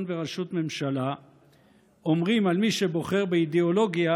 וראשות ממשלה אומרים על מי שבוחר באידיאולוגיה: